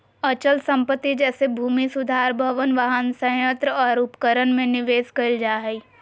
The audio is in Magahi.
अचल संपत्ति जैसे भूमि सुधार भवन, वाहन, संयंत्र और उपकरण में निवेश कइल जा हइ